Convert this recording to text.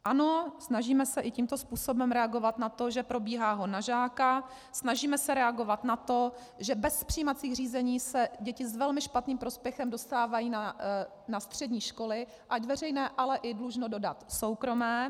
Ano, snažíme se i tímto způsobem reagovat na to, že probíhá hon na žáka, snažíme se reagovat na to, že bez přijímacích řízení se děti s velmi špatným prospěchem dostávají na střední školy, ať veřejné, ale i dlužno dodat soukromé.